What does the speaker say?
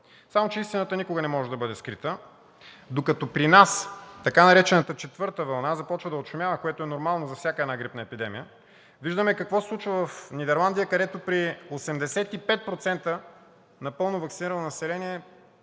Само че истината никога не може да бъде скрита. Докато при нас така наречената четвърта вълна започва да отшумява, което е нормално за всяка грипна епидемия, виждаме какво се случва в Нидерландия, където при 85% напълно ваксинирано население